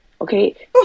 okay